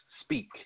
speak